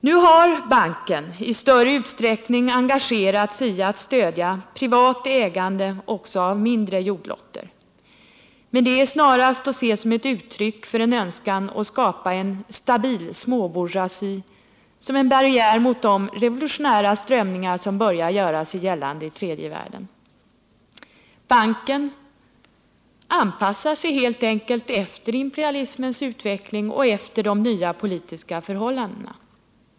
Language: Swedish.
Nu har banken i större utsträckning engagerat sig i att stödja privat ägande också av mindre jordlotter, men detta är snarast att se som ett uttryck för en önskan att skapa en stabil småbourgeoisie som en barriär mot de revolutionära strömningar som börjar göra sig gällande i tredje världen. Banken anpassar sig helt enkelt efter imperialismens utveckling och efter de nya politiska förhållandena.